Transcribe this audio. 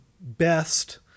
best